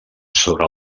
sobre